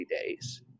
days